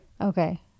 Okay